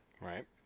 Right